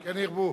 כן ירבו.